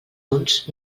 uns